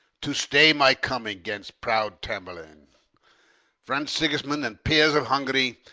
to stay my coming gainst proud tamburlaine friend sigismund, and peers of hungary,